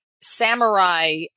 samurai